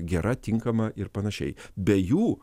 gera tinkama ir panašiai be jų